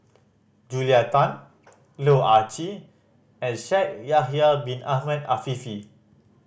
Julia Tan Loh Ah Chee and Shaikh Yahya Bin Ahmed Afifi